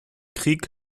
krieg